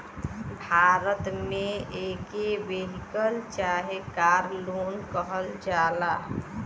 भारत मे एके वेहिकल चाहे कार लोन कहल जाला